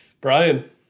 Brian